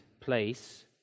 place